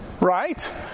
right